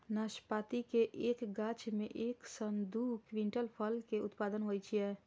नाशपाती के एक गाछ मे एक सं दू क्विंटल फल के उत्पादन होइ छै